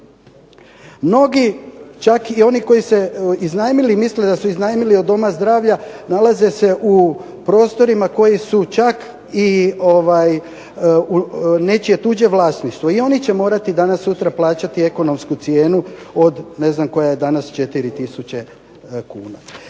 Mnogi čak i oni koji su iznajmili misle da su iznajmili od doma zdravlja nalaze se u prostorima koji su čak i nečije tuđe vlasništvo. I oni će morati danas sutra plaćati ekonomsku cijenu od ne znam koja je danas 4 tisuće kuna.